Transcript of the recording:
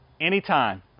anytime